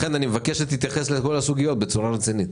לכן אני מבקש שתתייחס לכל הסוגיות בצורה רצינית.